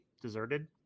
deserted